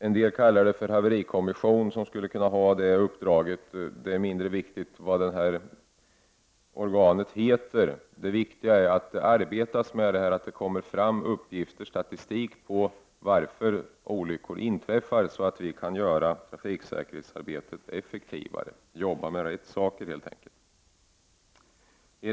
En del kallar det för haverikommission, som skulle kunna ha det uppdraget. Det är mindre viktigt vad organet heter. Det viktiga är att det arbetas med det här, att det kommer fram statistik på varför olyckor inträffar, så att vi kan göra trafiksäkerhetsarbetet effektivare, jobba med rätt saker helt enkelt.